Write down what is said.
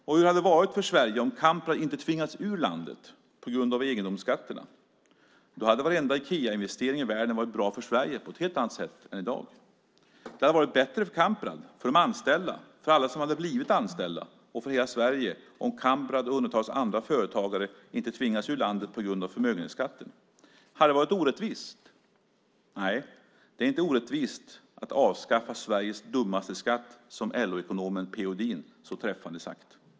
Och hur hade det varit för Sverige om Kamprad inte tvingats ur landet på grund av egendomsskatterna? Då hade varenda Ikeainvestering i världen varit bra för Sverige på ett helt annat sätt än i dag. Det hade varit bättre för Kamprad, för de anställda, för alla som hade blivit anställda och för hela Sverige om Kamprad och hundratals andra företagare inte hade tvingats ur landet på grund av förmögenhetsskatten. Hade det varit orättvist? Nej, det är inte orättvist att avskaffa Sveriges dummaste skatt, som LO-ekonomen P.-O. Edin så träffande har sagt.